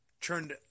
turned